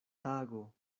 tago